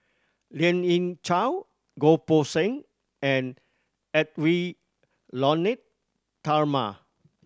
Lien Ying Chow Goh Poh Seng and Edwy Lyonet Talma